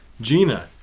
Gina